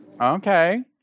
Okay